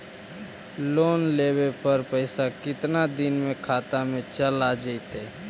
Loan लेब पर पैसा कितना दिन में खाता में चल आ जैताई?